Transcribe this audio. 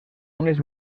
unes